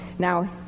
Now